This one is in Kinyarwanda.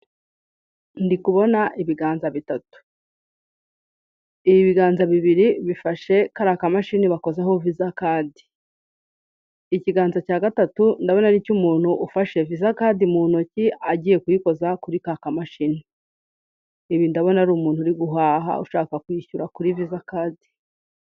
Ndikubona ibiganza bitatu, ibiganza bibiri bifashe kariya kamashini bakozaho viza kadi, ikiganza cya gatatu ndabona ari icy'umuntu ufashe viza kadi mu ntoki agiye kuyikoza kuri ka kamashini. Ibi ndabona ari umuntu uri guhaha ushaka kwishyura kuri viza kadi.